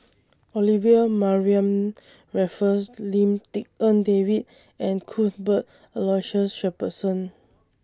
Olivia Mariamne Raffles Lim Tik En David and Cuthbert Aloysius Shepherdson